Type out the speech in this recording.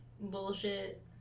bullshit